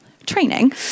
training